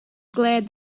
glad